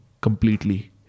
completely